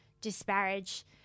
disparage